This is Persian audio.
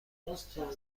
بازخواهید